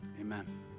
amen